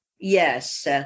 yes